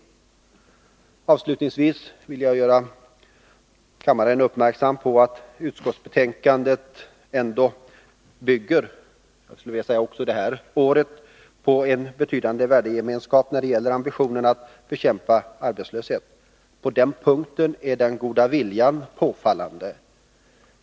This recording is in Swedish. Avslutningsvis vill jag göra kammaren uppmärksam på att utskottsbetänkandet också det här året bygger på en betydande värdegemenskap när det gäller ambitionen att bekämpa arbetslösheten. På den punkten är den goda viljan påfallande.